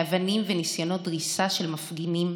לאבנים וניסיונות דריסה של מפגינים,